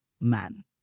man